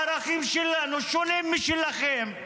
הערכים שלנו שונים משלכם.